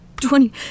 twenty